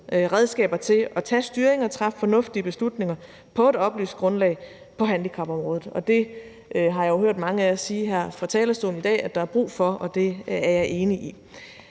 redskaber til at tage styring og træffe fornuftige beslutninger på et oplyst grundlag på handicapområdet. Det har jeg hørt mange af jer sige her fra talerstolen i dag der er brug for, og det er jeg enig i.